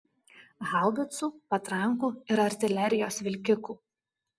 haubicų patrankų ir artilerijos vilkikų